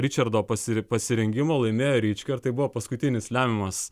ričardo pasiri pasirengimo laimėjo ryčka ir tai buvo paskutinis lemiamas